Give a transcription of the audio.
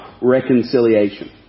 reconciliation